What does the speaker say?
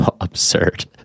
absurd